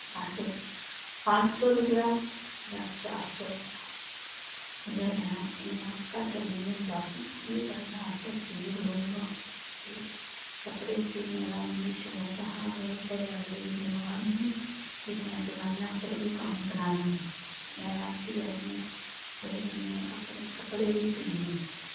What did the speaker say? आखदे पंज सौ रपेआ जां चार सौ रपेआ गै लैना इ'यां घट्ट नेईं होंदा फ्ही केह् करना असें गरीब लोग आं ते कपड़े सीह्ने दा मिगी शौक हा मेरे घरै आह्ले दी दकान ही फ्ही में दकाना पर बी कम्म करानी में रातीं आनियै ओह्दे कन्नै अपने कपड़े बी सीह्नी